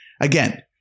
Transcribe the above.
Again